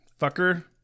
Fucker